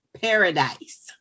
Paradise